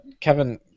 Kevin